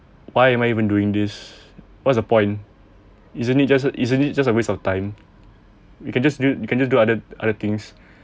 why am I even doing this what's the point isn't it just isn't it just a waste of time we can just do we can just do other other things